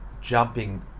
jumping